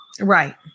Right